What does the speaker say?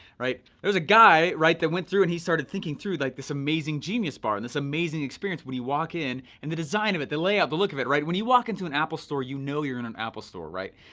right. there was a guy, right, that went through and he started thinking through like this amazing genius bar and this amazing experience when you walk in and the design of it, the layout, the look of it, right. when you walk into an apple store, you know you're in an apple store, right?